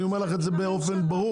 אני אומר לך את זה באופן ברור,